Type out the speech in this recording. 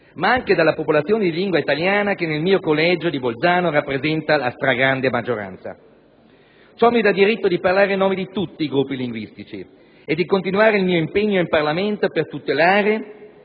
ma anche della popolazione di lingua italiana che nel mio collegio di Bolzano rappresenta la stragrande maggioranza. Ciò mi dà diritto di parlare a nome di tutti i gruppi linguistici e di continuare il mio impegno in Parlamento per tutelare